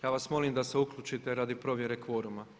Ja vas molim da se uključite radi provjere kvoruma.